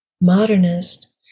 modernist